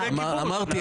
אמרתי,